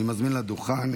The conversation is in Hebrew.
חברי הכנסת,